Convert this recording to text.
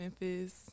Memphis